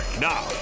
Now